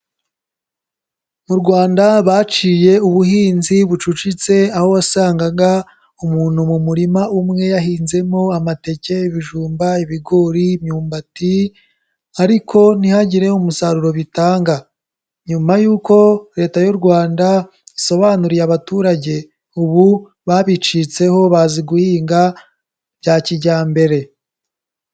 Mu Rwanda baciye ubuhinzi bucucitse. Aho wasangaga umuntu mu murima umwe yahinzemo amateke, ibijumba, ibigori, imyumbati, ariko ntihagire umusaruro bitanga Nyuma y'uko leta y'u Rwanda isobanuriye abaturage, ubu babicitseho bazi guhinga bya kijyambere.